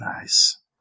Nice